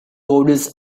borders